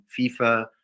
FIFA